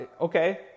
okay